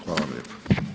Hvala vam lijepo.